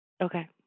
Okay